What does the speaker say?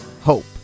Hope